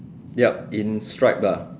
yup in stripe lah